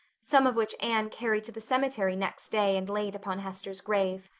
some of which anne carried to the cemetery next day and laid upon hester's grave.